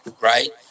right